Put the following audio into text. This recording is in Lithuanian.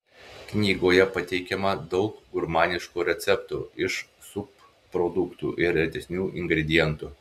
knygoje pateikiama daug gurmaniškų receptų iš subproduktų ir retesnių ingredientų